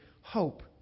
hope